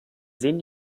sehen